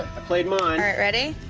played mine. alright, ready?